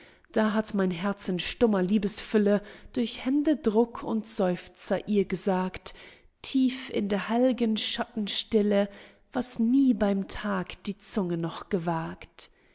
da hat mein herz in stummer liebesfülle durch händedruck und seufzer ihr gesagt tief in der heil'gen schattenstille was nie beim tag die zunge noch gewagt